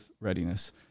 readiness